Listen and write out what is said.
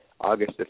August